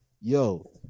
Yo